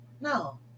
No